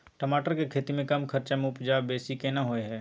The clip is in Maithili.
टमाटर के खेती में कम खर्च में उपजा बेसी केना होय है?